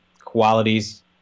qualities